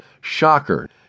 Shocker